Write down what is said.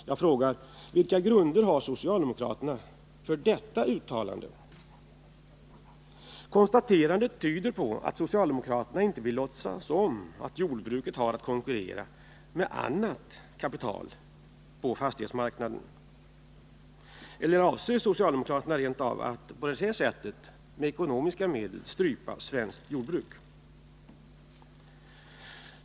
Vilka grunder har socialdemokraterna för detta uttalande? Konstaterandet tyder på att socialdemokraterna inte vill låtsas om att jordbruket har att konkurrera med annat kapital på fastighetsmarknaden. Eller avser socialdemokraterna rent av att på det här sättet med ekonomiska medel strypa svenskt jordbruk?